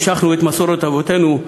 המשכנו את מסורת אבותינו,